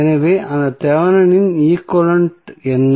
எனவே அந்த Thevenin equivalent என்ன